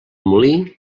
molí